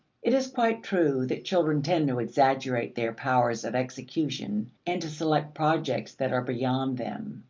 it is quite true that children tend to exaggerate their powers of execution and to select projects that are beyond them.